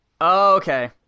okay